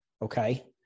Okay